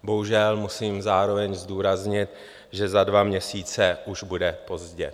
Bohužel musím zároveň zdůraznit, že za dva měsíce už bude pozdě.